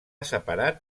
separat